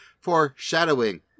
foreshadowing